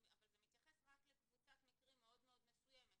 אבל זה מתייחס רק לקבוצת מקרים מאוד מאוד מסוימת,